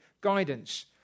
guidance